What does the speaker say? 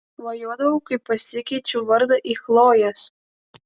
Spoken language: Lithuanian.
svajodavau kaip pasikeičiu vardą į chlojės